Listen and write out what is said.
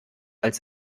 als